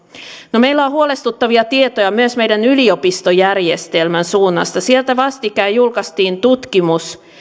no meillä on huolestuttavia tietoja myös meidän yliopistojärjestelmän suunnasta sieltä vastikään julkaistiin tutkimus